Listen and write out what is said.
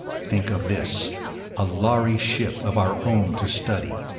think of this a lhari ship of our own to study,